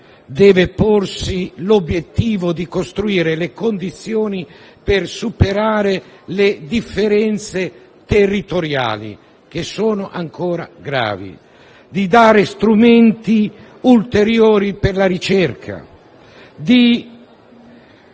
devono porsi l'obiettivo di costruire le condizioni per superare le differenze territoriali, che sono ancora gravi, di dare ulteriori strumenti per la ricerca,